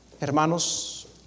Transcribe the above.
Hermanos